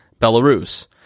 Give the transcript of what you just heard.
Belarus